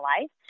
life